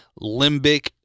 limbic